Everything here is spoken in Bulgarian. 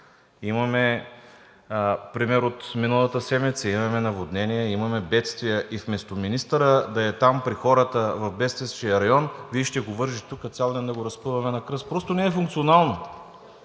Имаме пример от миналата седмица – имаме наводнения, имаме бедствия. И вместо министърът да е там при хората в бедстващия район, Вие ще го вържете тук цял ден да го разпъваме на кръст. Просто не е функционално.